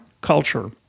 culture